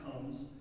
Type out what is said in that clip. comes